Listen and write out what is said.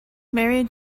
married